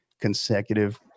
consecutive